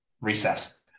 Recess